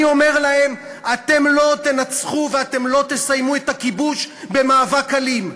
אומר להם: אתם לא תנצחו ואתם לא תסיימו את הכיבוש במאבק אלים,